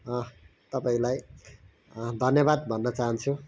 तपाईँलाई धन्यवाद भन्न चहान्छु